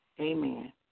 Amen